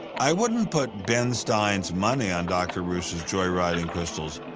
i wouldn't put ben stein's money on dr. ruse's joyriding crystals,